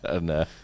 No